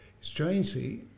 Strangely